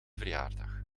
verjaardag